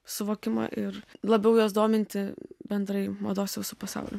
suvokimą ir labiau juos dominti bendrai mados visu pasauliu